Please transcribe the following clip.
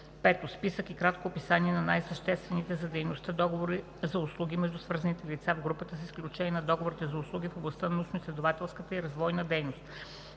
5. списък и кратко описание на най-съществените за дейността договори за услуги между свързаните лица в групата, с изключение на договорите за услуги в областта на научноизследователската и развойната дейност;